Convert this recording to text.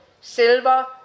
silver